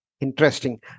interesting